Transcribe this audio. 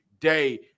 day